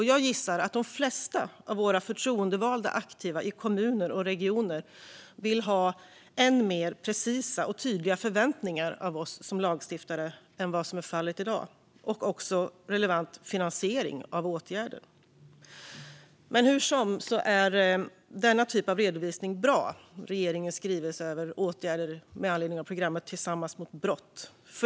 Jag gissar att de flesta av våra förtroendevalda aktiva i kommuner och regioner vill ha än mer precisa och tydliga förväntningar av oss som lagstiftare än vad som är fallet i dag och också relevant finansiering av åtgärder. Hur som helst är denna typ av redovisning bra - regeringens skrivelse om åtgärder med anledning av programmet Tillsammans mot brott.